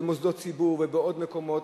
במוסדות ציבור ובעוד מקומות,